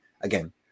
again